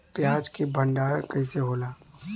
प्याज के भंडारन कइसे होला?